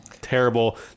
terrible